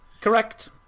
Correct